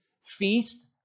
feast